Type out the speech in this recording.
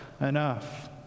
enough